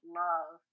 love